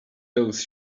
those